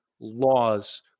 laws